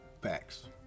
Facts